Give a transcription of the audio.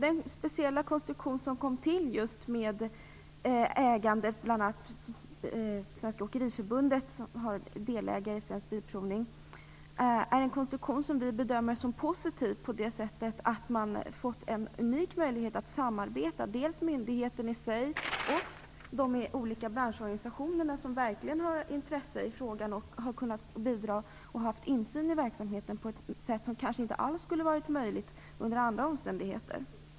Den speciella konstruktion som kom till när det gäller ägandet, med bl.a. Svenska Åkeriförbundet som delägare i Svensk Bilprovning, bedömer vi som positiv. Man har fått en unik möjlighet till samarbete mellan myndigheten och de olika branschorganisationer som har intresse av frågan. Dessa har kunnat bidra till, och ha insyn i, verksamheten på ett sätt som kanske inte alls hade varit möjligt under andra omständigheter.